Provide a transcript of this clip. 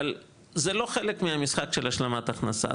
אבל זה לא חלק מהמשחק של השלמת הכנסה,